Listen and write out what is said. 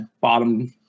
bottom